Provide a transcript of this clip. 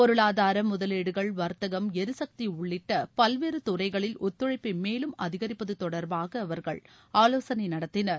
பொருளாதாரம் முதலீடுகள் வர்த்தகம் எரிசக்தி உள்ளிட்ட பல்வேறு துறைகளில் ஒத்துழைப்பை மேலும் அதிகரிப்பது தொடர்பாக அவர்கள் ஆலோசனை நடத்தினர்